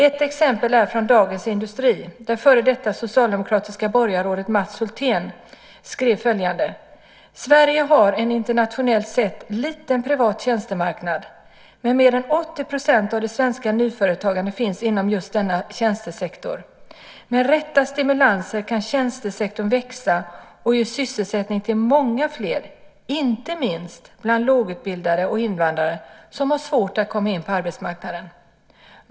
Ett exempel är från Dagens Industri där före detta socialdemokratiska borgarrådet Mats Hulth skrev följande: "Sverige har en internationellt sett liten privat tjänstemarknad. Men mer än 80 % av det svenska nyföretagandet finns inom just denna tjänstesektor. Med rätta stimulanser kan tjänstesektorn växa och ge sysselsättning till många fler, inte minst bland lågutbildade och invandrare som har svårt att komma in på arbetsmarknaden."